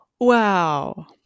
Wow